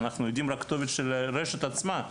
אנחנו יודעים רק כתובת של רשת עצמה,